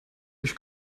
ich